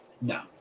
No